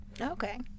Okay